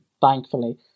thankfully